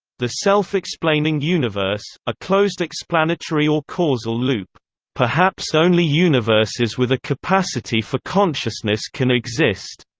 the self-explaining universe a closed explanatory or causal loop perhaps only universes with a capacity for consciousness can exist.